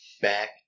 Back